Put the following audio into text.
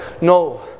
no